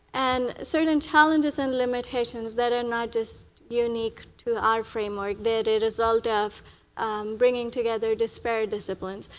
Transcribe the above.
and certain and challenges and limitations that are not just unique to our framework. they're the result of bringing together disparate disciplines.